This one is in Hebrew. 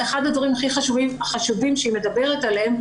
אחד הדברים החשובים שהיא מדברת עליהם,